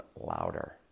louder